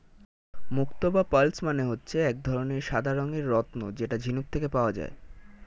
মুক্তো বা পার্লস মানে হচ্ছে এক ধরনের সাদা রঙের রত্ন যেটা ঝিনুক থেকে পাওয়া যায়